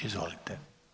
Izvolite.